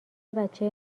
بچه